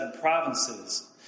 provinces